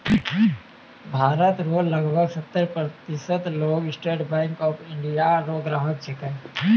भारत रो लगभग सत्तर प्रतिशत लोग स्टेट बैंक ऑफ इंडिया रो ग्राहक छिकै